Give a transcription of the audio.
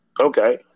Okay